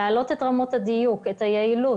צריך להעלות את רמת הדיון ורמת היעילות